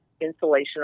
insulation